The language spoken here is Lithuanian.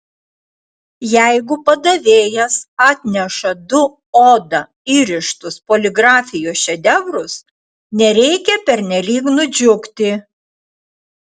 jeigu padavėjas atneša du oda įrištus poligrafijos šedevrus nereikia pernelyg nudžiugti